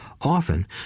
often